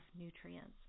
nutrients